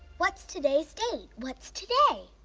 what's today's date? what's today?